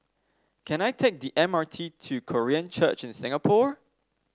can I take the M R T to Korean Church in Singapore